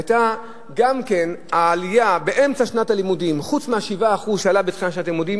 היתה גם כן על העלייה בשכר הלימוד באמצע שנת הלימודים,